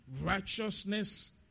righteousness